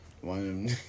One